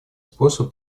способ